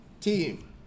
Team